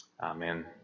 Amen